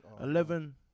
Eleven